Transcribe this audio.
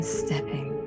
stepping